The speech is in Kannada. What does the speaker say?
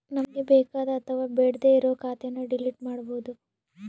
ನಮ್ಗೆ ಬೇಕಾದ ಅಥವಾ ಬೇಡ್ಡೆ ಇರೋ ಖಾತೆನ ಡಿಲೀಟ್ ಮಾಡ್ಬೋದು